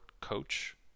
coach